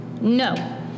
No